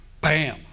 Bam